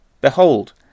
Behold